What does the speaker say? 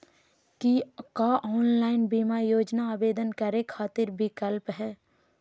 का ऑनलाइन बीमा योजना आवेदन करै खातिर विक्लप हई?